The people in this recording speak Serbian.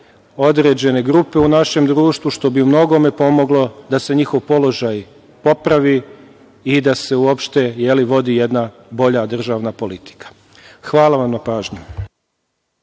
određene grupe u našem društvu, što bi u mnogome pomoglo da se njihov položaj popravi i da se uopšte vodi jedna bolja državna politika. Hvala vam na pažnji.